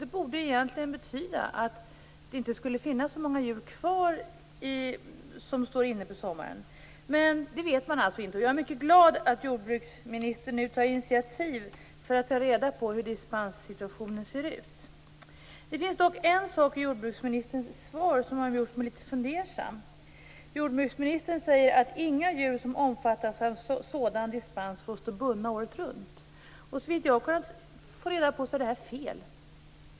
Det borde egentligen betyda att det fortfarande inte skulle finnas så många djur som står inne på sommaren, men det vet man alltså inte. Jag är mycket glad för att jordbruksministern nu tar initiativ till att ta reda på hur dispenssituationen ser ut. Det finns dock en sak i jordbruksministerns svar som har gjort mig litet fundersam. Jordbruksministern säger att inga djur som omfattas av sådan dispens får stå bundna året runt. Enligt vad jag har fått reda på är detta fel.